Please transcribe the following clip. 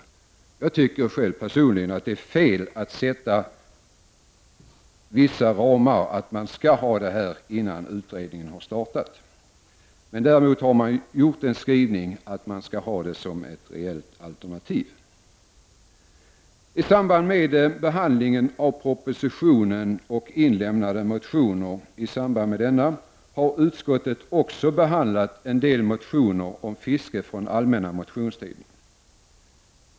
Personligen tycker jag att det är fel att sätta vissa ramar och säga vad man vill ha innan utredningen har startat. Utskottet säger i en skrivning att man skall räkna med ett självständigt fiskeriverk som ett reellt alternativ. I samband med behandlingen av propositionen och inlämnade motioner i samband med denna, har utskottet också behandlat en del motioner om fiske från allmänna motionstiden.